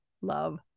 love